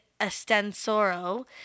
Estensoro